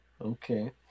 Okay